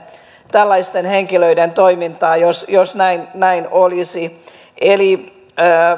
tällaisten henkilöiden toimintaa jos jos näin näin olisi